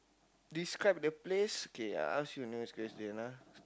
describe the place K I ask you next question ah